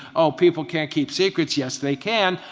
all people can't keep secrets, yes, they can.